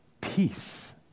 peace